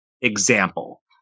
example